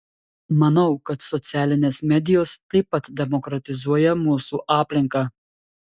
manau kad socialinės medijos taip pat demokratizuoja mūsų aplinką